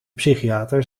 psychiater